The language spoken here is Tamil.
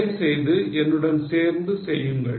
தயவுசெய்து என்னுடன் சேர்ந்து செய்யுங்கள்